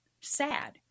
sad